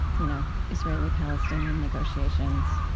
you know, israeli-palestinian negotiations,